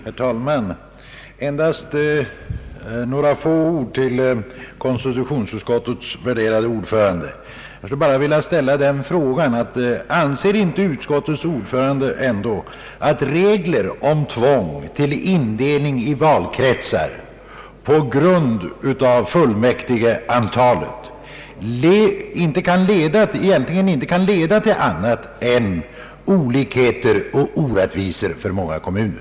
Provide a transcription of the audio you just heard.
Herr talman! Jag vill endast ställa följande fråga till konstitutionsutskottets värderade ordförande: Anser inte utskottets ordförande att regler om tvång till indelning i valkretsar på grund av fullmäktigeantalet egentligen inte kan leda till annat än olikheter och orättvisor för många kommuner?